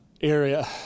area